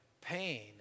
pain